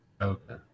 Okay